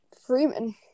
Freeman